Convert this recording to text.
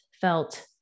felt